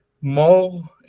more